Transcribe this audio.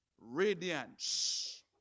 radiance